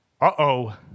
uh-oh